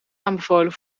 aanbevolen